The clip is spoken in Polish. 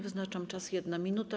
Wyznaczam czas - 1 minuta.